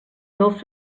dels